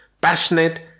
passionate